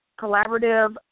collaborative